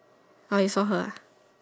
uh you saw her ah